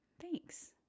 Thanks